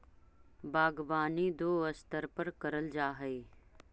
बागवानी दो स्तर पर करल जा हई